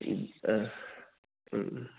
उम ओह उम